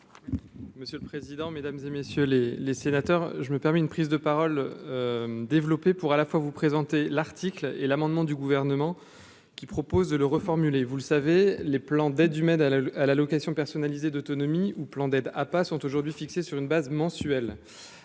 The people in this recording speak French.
Monsieur le président, Mesdames et messieurs les les sénateurs, je me permets une prise de parole développé pour à la fois vous présenter l'article et l'amendement du gouvernement. Qui propose de le reformuler, vous le savez, les plans d'aide humaine à la à l'allocation personnalisée d'autonomie ou plan d'aide à pas sont aujourd'hui fixés sur une base mensuelle